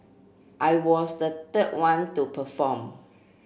I was the third one to perform